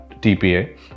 TPA